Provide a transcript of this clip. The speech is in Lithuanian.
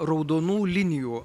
raudonų linijų